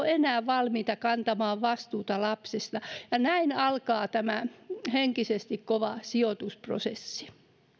enää valmiita kantamaan vastuuta lapsesta ja näin alkaa tämä henkisesti kova sijoitusprosessi